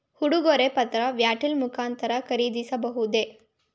ಉಡುಗೊರೆ ಪತ್ರ ವ್ಯಾಲೆಟ್ ಮುಖಾಂತರ ಖರೀದಿಸಬಹುದೇ?